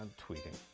tweeting.